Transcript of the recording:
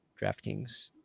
DraftKings